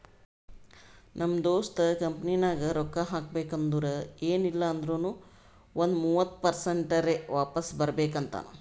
ನಮ್ ದೋಸ್ತ ಕಂಪನಿನಾಗ್ ರೊಕ್ಕಾ ಹಾಕಬೇಕ್ ಅಂದುರ್ ಎನ್ ಇಲ್ಲ ಅಂದೂರ್ನು ಒಂದ್ ಮೂವತ್ತ ಪರ್ಸೆಂಟ್ರೆ ವಾಪಿಸ್ ಬರ್ಬೇಕ ಅಂತಾನ್